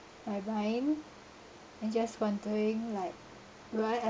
my mind and just wondering like why I